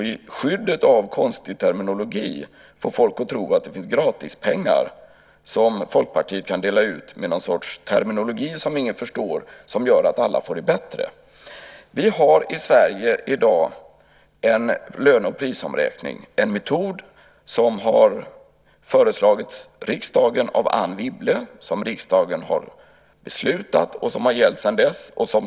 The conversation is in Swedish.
I skyddet av någon sorts konstig terminologi som ingen förstår får man folk att tro att det finns gratispengar som Folkpartiet kan dela ut och som gör att alla får det bättre. Vi har i Sverige i dag en metod för löne och prisomräkning som har föreslagits riksdagen av Anne Wibble. Den har riksdagen beslutat, och den har gällt sedan dess.